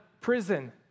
prison